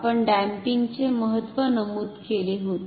आपण डॅम्पिंगचे महत्त्व नमूद केले होते